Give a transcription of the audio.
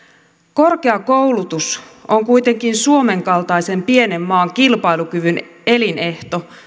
korkeakoulutus on kuitenkin suomen kaltaisen pienen maan kilpailukyvyn elinehto